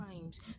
times